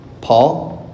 Paul